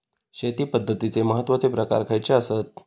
शेती पद्धतीचे महत्वाचे प्रकार खयचे आसत?